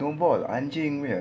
snowball anjing punya